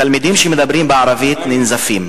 תלמידים שמדברים בערבית ננזפים.